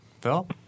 Phil